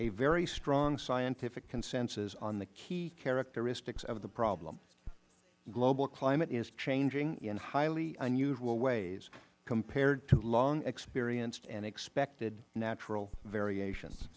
a very strong scientific consensus on the key characteristics of the problem global climate is changing in highly unusual ways compared to long experienced and expected natural variations